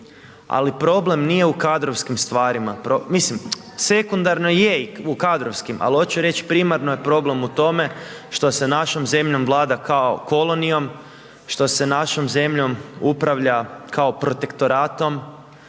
Ali problem nije u kadrovskim stvarima, mislim sekundarno je i u kadrovskim, ali hoću reći primarno je problem u tome što se našom zemljom vlada kao kolonijom, što se našom zemljom upravlja kao protektoratom